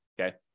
Okay